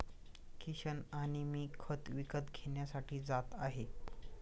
किशन आणि मी खत विकत घेण्यासाठी जात आहे